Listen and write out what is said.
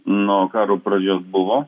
nuo karo pradžios buvo